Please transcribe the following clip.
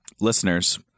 listeners